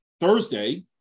Thursday